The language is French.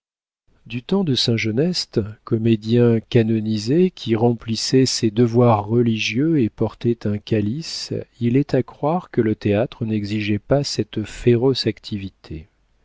du temps de saint genest comédien canonisé qui remplissait ses devoirs religieux et portait un cilice il est à croire que le théâtre n'exigeait pas cette féroce activité